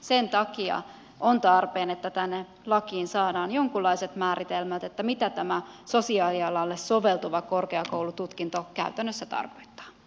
sen takia on tarpeen että lakiin saadaan jonkunlaiset määritelmät mitä sosiaalialalle soveltuva korkeakoulututkinto käytännössä tarkoittaa